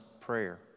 prayer